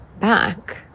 back